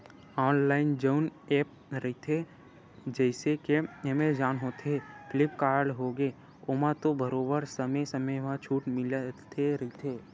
online जउन app रहिथे जइसे के एमेजॉन होगे, फ्लिपकार्ट होगे ओमा तो बरोबर समे समे म छूट मिलते रहिथे